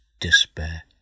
despair